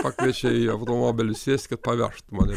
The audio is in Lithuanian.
pakviečia į automobilį sėskit pavežt mane